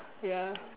ya